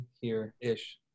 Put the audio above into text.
here-ish